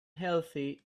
healthy